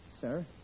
sir